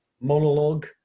monologue